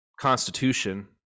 constitution